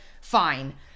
fine